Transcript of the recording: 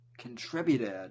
Contributed